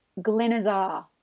Glenazar